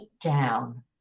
down